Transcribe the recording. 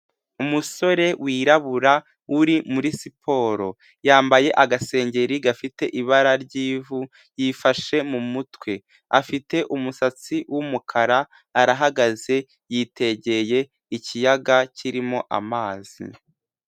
Umusore wirabura uri muri siporo yambaye agasengeri gafite ibara ry'ivu, yifashe mu mutwe afite umusatsi w'umukara arahagaze yitegeye ikiyaga kirimo amazi.